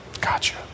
Gotcha